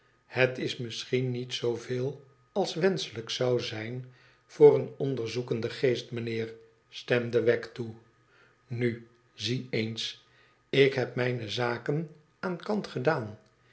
het is misschien niet zoo veel als wenschelijk zou zijn voor een onderzoekenden geest meneer stemde wegg toe nu zie eens heb mijne zaken aan kant gedaan